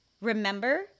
remember